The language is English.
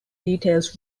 details